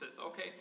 okay